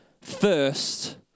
first